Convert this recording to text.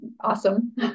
awesome